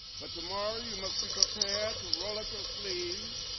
but tomorrow you must be prepared to roll up your sleeves,